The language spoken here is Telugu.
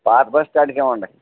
పాత బస్టాండ్కి ఇవ్వండి